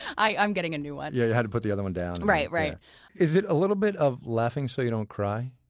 i'm getting a new one yeah, you had to put the other one down right. right is it a little bit of laughing so you don't cry?